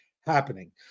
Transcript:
happening